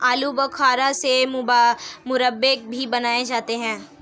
आलू बुखारा से मुरब्बे भी बनाए जाते हैं